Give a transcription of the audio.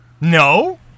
No